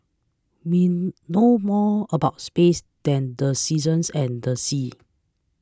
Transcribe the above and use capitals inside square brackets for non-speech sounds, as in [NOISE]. we know more about space than the seasons and the seas [NOISE]